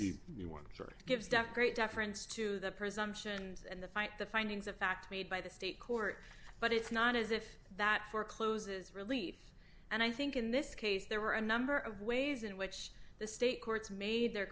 one gives deaf great deference to the presumptions and the fight the findings of fact made by the state court but it's not as if that forecloses relief and i think in this case there were a number of ways in which the state courts made their